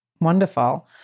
Wonderful